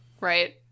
Right